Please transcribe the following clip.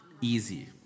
Easy